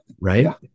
Right